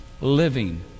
living